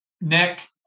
Nick